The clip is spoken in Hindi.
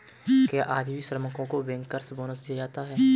क्या आज भी श्रमिकों को बैंकर्स बोनस दिया जाता है?